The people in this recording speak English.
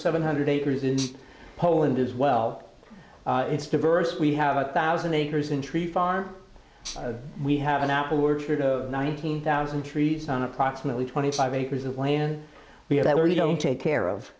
seven hundred acres in poland as well it's diverse we have a thousand acres in tree farm we have an apple orchard nineteen thousand trees on approximately twenty five acres of land we have that we don't take care of